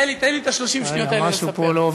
תן לי את 30 השניות האלה לספר.